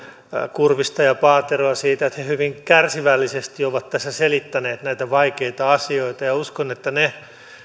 kurvista ja paateroa siitä että he hyvin kärsivällisesti ovat tässä selittäneet näitä vaikeita asioita ja uskon että ne